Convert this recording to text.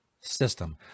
system